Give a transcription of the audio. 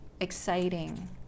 exciting